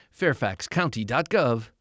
fairfaxcounty.gov